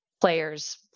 players